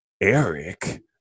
Eric